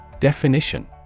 Definition